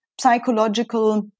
psychological